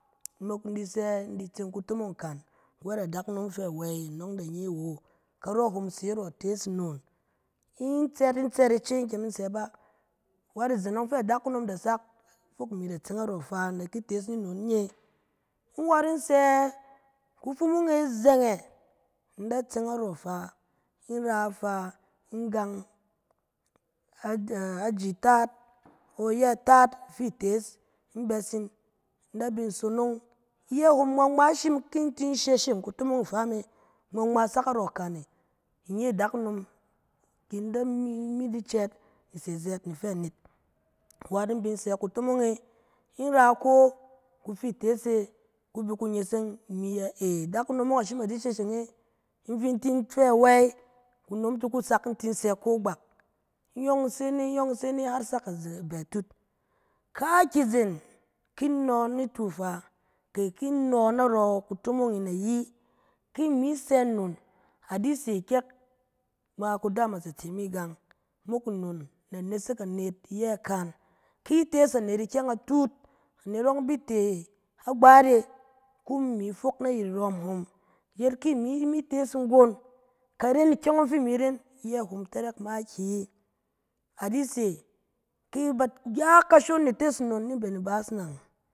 Mok ni in sɛ in di tse kutomong akan, wɛt adakunom fɛ awey anɔng da nye wo, karɔ hom se narɔ itees nnon. In tsɛt, in tsɛt ice ba in sɛ bá, wɛt izen ɔng fɛ adakunom da sak fok imi da tseng narɔ fa ni ki tees nnon nye. In wat in sɛ kufumung e zɛngɛ, in da tseng arɔ fa. In ra ifa, in gang, a-aji taat, o iyɛ taat afi tees, in bɛs in. In da bin sonong, iyɛ hom ngma ngma i shim ki. in tin shesheng kutomong ifa me, ngma ngma sak arɔ ikan e. Inye adakunom, ke imi di cɛɛt i se zɛɛt ni fɛ anet. Wat in bi sɛ kutomong e, in ra ikɔng kufi itees e, ku bi ku neseng, imi yɛ ey adakunom ɔng a shim a di shesheng e, in tin fɛ wey, kunom sak in tin sɛ kon gbak, iyɔng in se ne, iyɔng in se ne, har sak azeng- i bi bɛ atut. Kakye izen kin nɔ nitu fa, kɛ kin nɔ narɔ kutomong in ayi, ki mi sɛ nnon, a di se kyɛk, ngma kudam azatse mi gang, mok nnon na nesek anet iyɛ kan. Ki tees anet ikyɛng atut, anet yɔng bi te agbat e, kum imi fok ayit irom hom, yet ki imi mi tees nggon, ka ren ikyɛng ɔng fi imi ren, iyɛ hom tɛrɛk makiyi. A di se ki ba ya- kashon ni tes nnon ni mben ibaas nang.